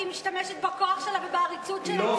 כי היא משתמשת בכוח שלה ובעריצות שלה,